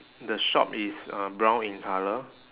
the shop is uh brown in colour